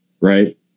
right